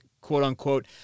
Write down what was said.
quote-unquote